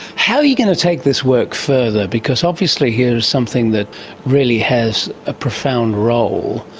how are you going to take this work further, because obviously here is something that really has a profound role,